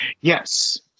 Yes